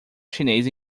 chinês